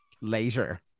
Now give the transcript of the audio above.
later